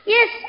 Yes